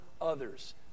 others